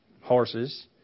horses